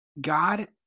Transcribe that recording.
God